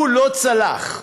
שלא צלח,